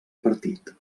partit